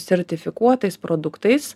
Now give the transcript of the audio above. sertifikuotais produktais